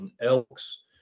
Elks